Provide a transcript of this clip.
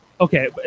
okay